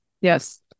Yes